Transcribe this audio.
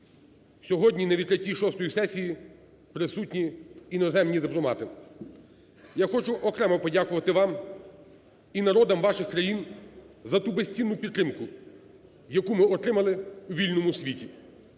Сьогодні на відкритті шостої сесії присутні іноземні дипломати. Я хочу окремо подякувати вам і народам ваших країн за ту безцінну підтримку, яку ми отримали у вільному світі